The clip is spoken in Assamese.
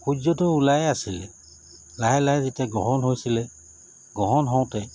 সূৰ্যটো ওলাই আছিলে লাহে লাহে যেতিয়া গ্ৰহণ হৈছিলে গ্ৰহণ হওঁতে